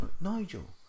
nigel